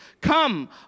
Come